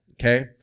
Okay